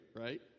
right